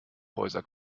häuser